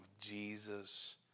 Jesus